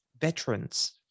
veterans